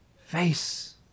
face